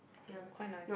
quite nice